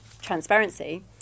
transparency